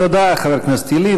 תודה, חבר הכנסת ילין.